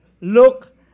look